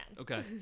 Okay